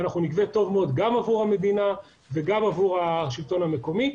ואנחנו נגבה טוב מאוד גם עבור המדינה וגם עבור השלטון המקומי.